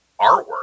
artwork